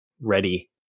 ready